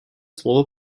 слово